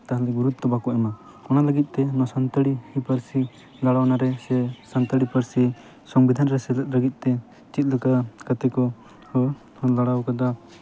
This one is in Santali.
ᱜᱩᱨᱩᱛᱛᱚ ᱵᱟᱠᱚ ᱮᱢᱟ ᱚᱱᱟ ᱞᱟᱹᱜᱤᱫ ᱛᱮ ᱟᱵᱚ ᱥᱟᱱᱛᱟᱲᱤ ᱯᱟᱹᱨᱥᱤ ᱞᱟᱲᱟᱣᱱᱟ ᱨᱮ ᱥᱮ ᱥᱟᱱᱛᱟᱲᱤ ᱯᱟᱹᱨᱥᱤ ᱥᱚᱝᱵᱤᱫᱷᱟᱱ ᱨᱮ ᱥᱮᱞᱮᱫ ᱞᱟᱹᱜᱤᱫ ᱛᱮᱪᱮᱫ ᱞᱮᱠᱟ ᱠᱟᱛᱮᱜ ᱠᱚ ᱠᱷᱚᱸᱫᱽᱲᱟᱣ ᱠᱟᱫᱟ